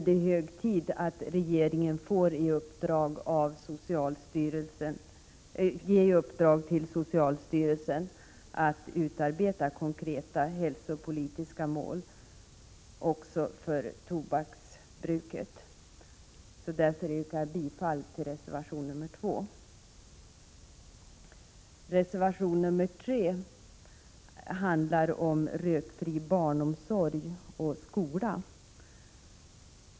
Nu är det hög tid att regeringen får ge socialstyrelsen i uppdrag att utarbeta konkreta hälsopolitiska mål också för tobaksbruket. Därför yrkar jag igen bifall till reservation 2. Reservation 3 handlar om rökfri barnomsorg och skola.